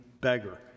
beggar